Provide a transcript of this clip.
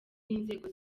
n’inzego